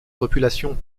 population